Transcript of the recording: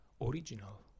original